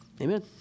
Amen